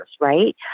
right